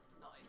Nice